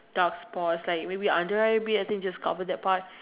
dark spots maybe under eye bag I think just cover that part